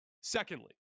Secondly